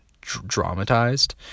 dramatized